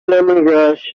lemongrass